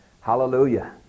hallelujah